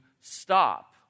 stop